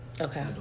Okay